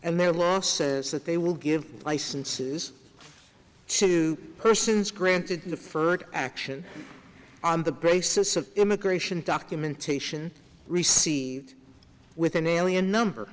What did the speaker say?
and their law says that they will give licenses to persons granted to further action on the basis of immigration documentation received with an alien number